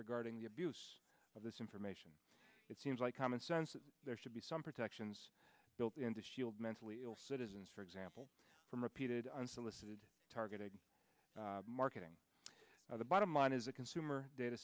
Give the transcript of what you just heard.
regarding the abuse of this information it seems like common sense that there should be some protections built in to shield mentally ill citizens for example from repeated unsolicited targeting marketing the bottom line is a consumer data